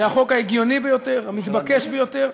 זה החוק ההגיוני ביותר, המתבקש ביותר.